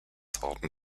harten